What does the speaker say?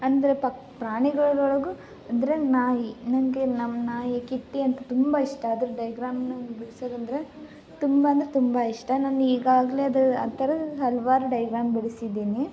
ಅಂದರೆ ಪಕ್ ಪ್ರಾಣಿಗಳು ಒಳಗೂ ಅಂದರೆ ನಾಯಿ ನನಗೆ ನಮ್ಮ ನಾಯಿ ಕಿಟ್ಟಿ ಅಂತ ತುಂಬ ಇಷ್ಟ ಅದ್ರ ಡೈಗ್ರಾಮ್ನ ಬಿಡಿಸೋದು ಅಂದರೆ ತುಂಬ ಅಂದರೆ ತುಂಬ ಇಷ್ಟ ನಾನು ಈಗಾಗಲೇ ಅದು ಆ ಥರ ಹಲವಾರು ಡೈಗ್ರಾಮ್ ಬಿಡ್ಸಿದ್ದೀನಿ